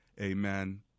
Amen